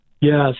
Yes